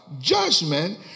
judgment